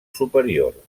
superior